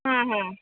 हां हां